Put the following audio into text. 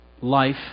Life